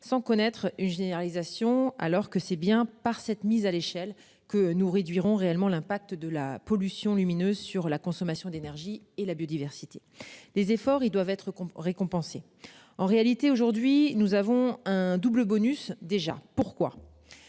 sans connaître généralisation alors que c'est bien par cette mise à l'échelle que nous réduirons réellement l'impact de la pollution lumineuse sur la consommation d'énergie et la biodiversité des efforts ils doivent être récompensés en réalité aujourd'hui nous avons un double bonus déjà pourquoi.